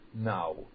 now